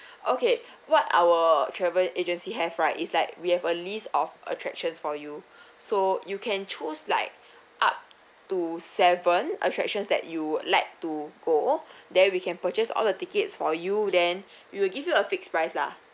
okay what our travel agency have right it's like we have a list of attractions for you so you can choose like up to seven attractions that you would like to go then we can purchase all the tickets for you then we will give you a fixed price lah